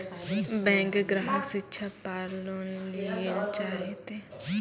Bank ग्राहक शिक्षा पार लोन लियेल चाहे ते?